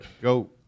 go